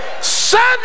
Sunday